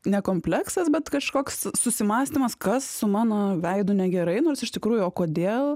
ne kompleksas bet kažkoks susimąstymas kas su mano veidu negerai nors iš tikrųjų o kodėl